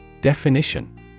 Definition